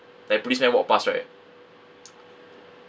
like policemen walk pass right